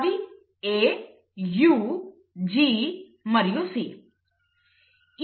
అవి A U G మరియు C